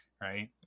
right